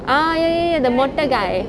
ah ya ya ya the மொட்ட:motta guy